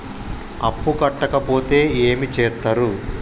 అప్పు కట్టకపోతే ఏమి చేత్తరు?